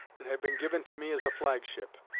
and had been given to me as a flag-ship.